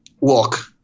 walk